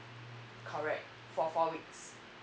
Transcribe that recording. correct for four weeks